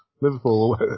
Liverpool